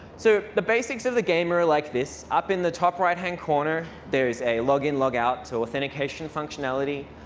so the basics of the game are like this. up in the top right-hand corner, there's a log-in log-out to authentication functionality.